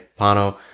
Pano